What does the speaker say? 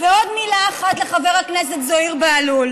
ועוד מילה אחת לחבר הכנסת זוהיר בהלול: